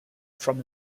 from